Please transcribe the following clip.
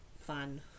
fun